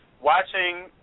watching